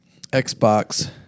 Xbox